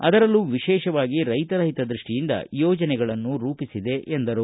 ಅದರಲ್ಲೂ ವಿಶೇಷವಾಗಿ ರೈತರ ಹಿತದೃಷ್ಟಿಯಿಂದ ಯೋಜನೆಗಳನ್ನು ರೂಪಿಸಿದೆ ಎಂದರು